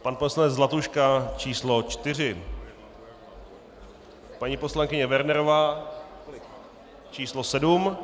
Pan poslanec Zlatuška číslo 4. Paní poslankyně Wernerová číslo 7.